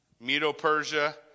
Medo-Persia